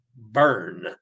Burn